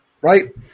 right